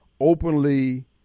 openly